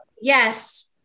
Yes